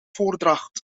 voordracht